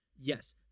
yes